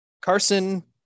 Carson